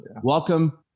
welcome